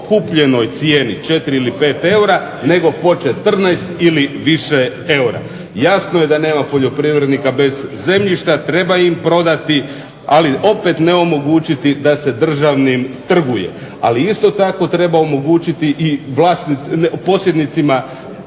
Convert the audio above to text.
kupljenoj cijeni 4 ili 5 eura, nego po 14 ili više eura. Jasno je da nema poljoprivrednika bez zemljišta. Treba im prodati, ali opet ne omogućiti da se državnim trguje. Ali isto tako treba omogućiti i posjednicima